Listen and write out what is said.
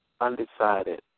undecided